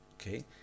okay